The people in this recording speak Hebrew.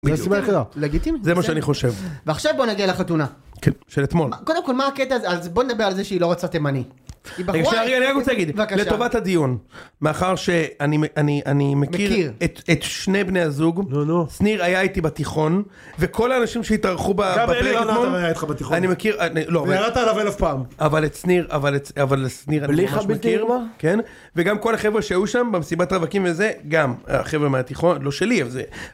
זה מה שאני חושב. ועכשיו בוא נגיע לחתונה של אתמול. קודם כל מה הקטע הזה? בוא נדבר על זה שהיא לא רוצה תימני. אני רוצה להגיד, לטובת הדיון, מאחר שאני מכיר, את שני בני הזוג, שניר היה איתי בתיכון, וכל האנשים שהתארחו בטלאדמון, אני מכיר, אבל את שניר, אבל את שניר אני ממש מכיר, וגם כל החבר'ה שהיו שם, במסיבת רווקים וזה, לא שלי את זה.